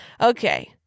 Okay